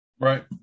Right